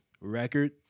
record